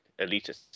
elitists